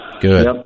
Good